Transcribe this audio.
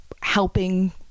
helping